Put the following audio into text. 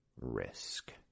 risk